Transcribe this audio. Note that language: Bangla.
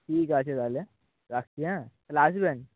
ঠিক আছে তাহলে রাখছি হ্যাঁ তাহলে আসবেন